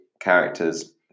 characters